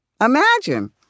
Imagine